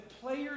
players